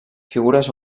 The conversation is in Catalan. figures